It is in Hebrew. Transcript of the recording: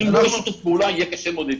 אם לא יהיה שיתוף פעולה, יהיה קשה מאוד להתקדם.